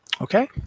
Okay